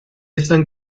están